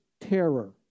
terror